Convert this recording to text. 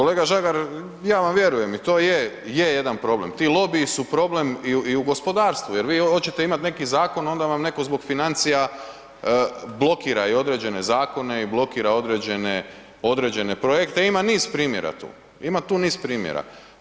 Kolega Žagar, ja vam vjerujem i to je jedan problem, ti lobiji su problem i u gospodarstvu jer vi hoćete imat neki zakon onda vam neko zbog financija blokira i određene zakone i blokira i određene projekte, ima niz primjera tu, ima tu niz primjera.